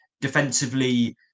Defensively